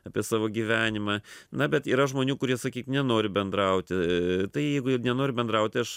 apie savo gyvenimą na bet yra žmonių kurie sakyk nenori bendrauti tai jeigu ir nenori bendrauti aš